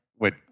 Wait